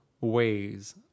ways